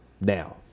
Now